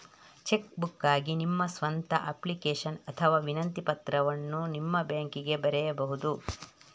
check ಬುಕ್ಗಾಗಿ ನಿಮ್ಮ ಸ್ವಂತ ಅಪ್ಲಿಕೇಶನ್ ಅಥವಾ ವಿನಂತಿ ಪತ್ರವನ್ನು ನಿಮ್ಮ ಬ್ಯಾಂಕಿಗೆ ಬರೆಯಬಹುದು